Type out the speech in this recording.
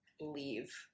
leave